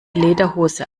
lederhose